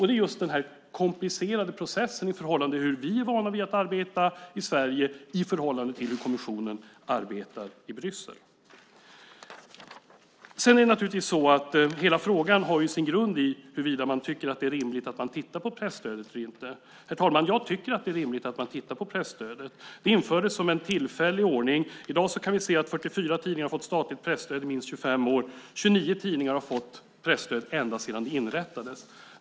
Det är den komplicerade processen i kommissionens arbete i Bryssel i förhållande till hur vi är vana vid att arbeta i Sverige. Hela frågan har sin grund i huruvida man tycker att det är rimligt att man tittar på presstödet eller inte. Herr talman! Jag tycker att det är rimligt att man tittar på presstödet. Det infördes som en tillfällig ordning. I dag kan vi se att 44 tidningar har fått statligt presstöd i minst 25 år. 29 tidningar har fått presstöd ända sedan det inrättades.